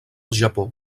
japó